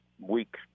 week